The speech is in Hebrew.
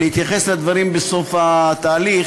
גברתי היושבת-ראש,